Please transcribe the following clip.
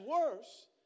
worse